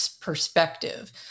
perspective